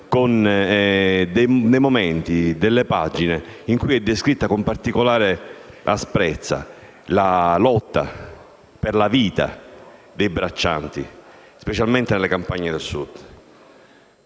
con momenti e pagine in cui è descritta con particolare asprezza la lotta per la vita dei braccianti, specialmente nelle campagne del Sud.